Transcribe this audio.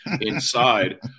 inside